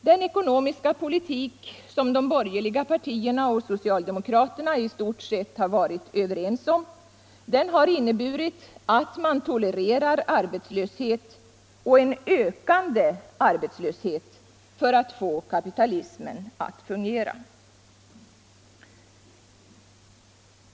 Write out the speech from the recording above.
Den ekonomiska politik, som borgerliga och socialdemokrater i stort varit överens om, har inneburit att man tolererar arbetslöshet — och en ökande arbetslöshet — för att få kapitalismen att fungera.